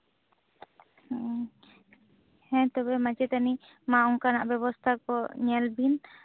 ᱦᱩᱸ ᱦᱮᱸ ᱛᱚᱵᱮ ᱢᱟᱪᱮᱛᱟᱱᱤ ᱢᱟ ᱚᱱᱠᱟᱱᱟᱜ ᱵᱮᱵᱚᱥᱛᱟ ᱠᱚ ᱧᱮᱞ ᱵᱤᱱ